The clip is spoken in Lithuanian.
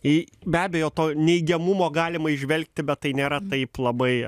į be abejo to neigiamumo galima įžvelgti bet tai nėra taip labai